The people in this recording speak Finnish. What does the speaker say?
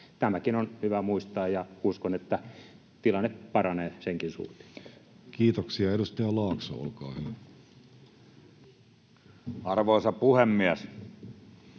Tämäkin on hyvä muistaa, ja uskon, että tilanne paranee senkin suhteen. Kiitoksia. — Edustaja Laakso, olkaa hyvä. Arvoisa puhemies!